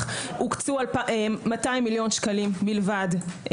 הוקצו שנה שעברה 200 מיליון שקלים בלבד.